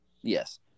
Yes